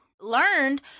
learned